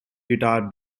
guitar